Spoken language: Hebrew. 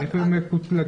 איפה הם מקוטלגים?